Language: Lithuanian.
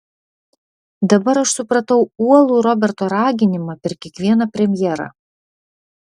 dabar aš supratau uolų roberto raginimą per kiekvieną premjerą